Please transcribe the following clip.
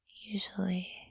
usually